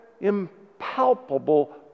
impalpable